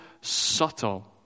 subtle